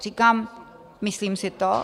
Říkám myslím si to.